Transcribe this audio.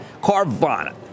Carvana